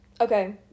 Okay